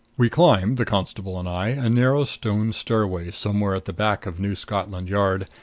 we climbed the constable and i a narrow stone stairway somewhere at the back of new scotland yard,